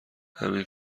همین